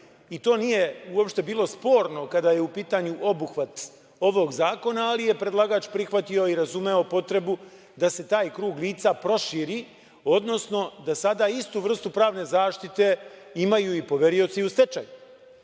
To nije bilo sporno kada je u pitanju obuhvat ovog zakona, ali je predlagač prihvatio i razumeo potrebu da se taj krug lica proširi, odnosno da sada istu vrstu pravne zaštite imaju i poverioci i u